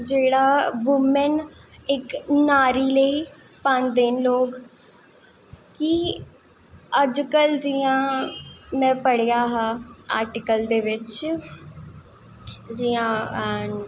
जेह्ड़ा बुमैन इक नारी लेई पांदे न लोक कि अजकल जियां में पढ़ेआ हा आर्टिकल दे बिच्च जियां